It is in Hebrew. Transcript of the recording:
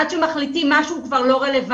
עד שמחליטים משהו הוא כבר לא רלוונטי.